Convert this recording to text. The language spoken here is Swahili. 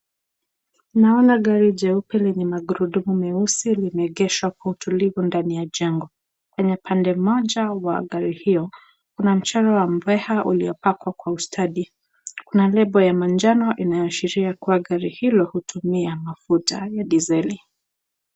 Naona gari jeupe lenye magurudumu meusi limeegeshwa hapo tulivu liko ndani ya jengo, kwenye pande moja wa gari hio kuna mchoro wa mbweha uliopakwa kwa ustadi kuna lable ya manjano inayoa shiria gari hilo hutumia mafuta ya dizeli.